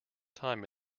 time